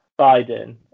biden